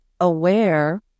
aware